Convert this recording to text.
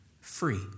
free